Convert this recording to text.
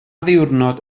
ddiwrnod